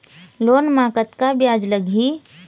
Loan म कतका ब्याज लगही?